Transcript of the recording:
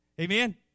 Amen